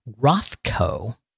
Rothko